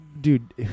Dude